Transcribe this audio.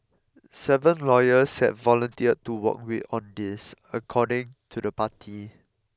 seven lawyers have volunteered to work with on this according to the party